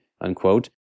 unquote